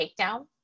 takedown